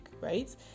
right